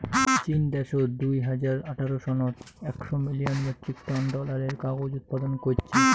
চীন দ্যাশত দুই হাজার আঠারো সনত একশ মিলিয়ন মেট্রিক টন ডলারের কাগজ উৎপাদন কইচ্চে